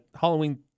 Halloween